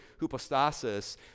hypostasis